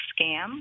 scam